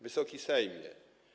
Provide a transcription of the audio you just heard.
Wysoki Sejmie!